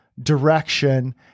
direction